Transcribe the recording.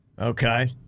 Okay